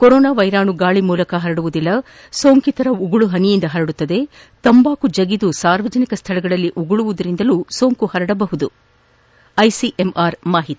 corona ವೈರಾಣು ಗಾಳಿ ಮೂಲಕ ಹರಡುವುದಿಲ್ಲ ಸೋಂಕಿತರ ಉಗುಳು ಹನಿಯಿಂದ ಹರಡುತ್ತದೆ ತಂಬಾಕು ಜಗಿದು ಸಾರ್ವಜನಿಕ ಸ್ಥಳಗಳಲ್ಲಿ ಉಗುಳುವುದರಿಂದ ಸೋಂಕು ಹರಡಬಹುದು ಐಸಿಎಂಆರ್ ಮಾಹಿತಿ